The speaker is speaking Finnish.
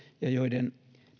ja joiden